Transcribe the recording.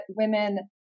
women